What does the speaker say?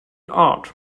art